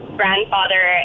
grandfather